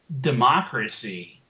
democracy